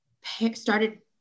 started